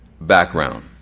background